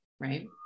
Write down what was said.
right